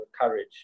courage